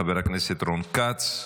חבר הכנסת רון כץ,